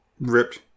Ripped